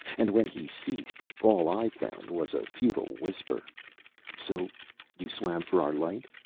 and when he ceased, all i found was a futile whisper so you swam for our light?